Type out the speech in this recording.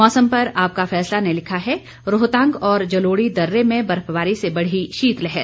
मौसम पर आपका फैसला ने लिखा है रोहतांग और जलोड़ी दर्रे में बर्फबारी से बढ़ी शीतलहर